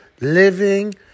living